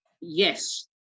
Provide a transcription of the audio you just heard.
yes